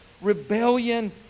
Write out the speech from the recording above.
rebellion